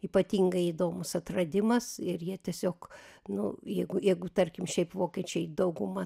ypatingai įdomus atradimas ir jie tiesiog nu jeigu jeigu tarkim šiaip vokiečiai dauguma